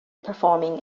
performing